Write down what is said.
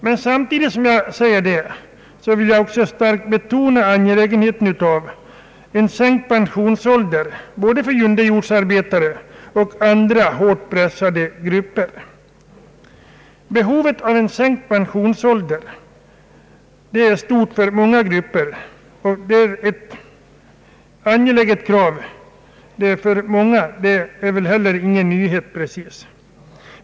Men samtidigt vill jag starkt betona angelägenheten av sänkt pensionsålder för både underjordsarbetare och andra hårt pressade grupper. Behovet av sänkt pensionsålder är stort för många kategorier, och att det är ett angeläget krav för många är väl inte heller precis någon nyhet.